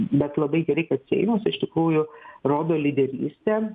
bet labai gerai kad seimas iš tikrųjų rodo lyderystę